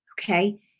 Okay